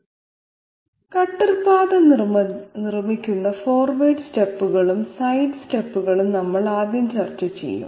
അതിനാൽ കട്ടർ പാത നിർമ്മിക്കുന്ന ഫോർവേഡ് സ്റ്റെപ്പുകളും സൈഡ് സ്റ്റെപ്പുകളും നമ്മൾ ആദ്യം ചർച്ച ചെയ്യും